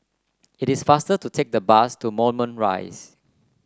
it is faster to take the bus to Moulmein Rise